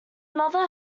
mother